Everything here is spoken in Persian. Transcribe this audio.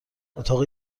اتاق